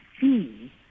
see